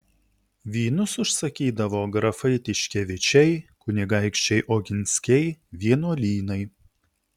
vynus užsakydavo grafai tiškevičiai kunigaikščiai oginskiai vienuolynai